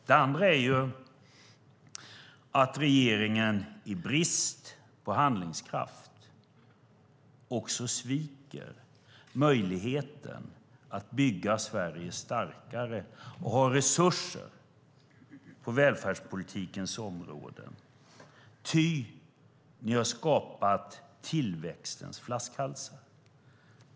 Det andra är ju att regeringen i brist på handlingskraft också sviker möjligheten att bygga Sverige starkare och ha resurser på välfärdspolitikens område, ty ni har skapat tillväxtens flaskhalsar.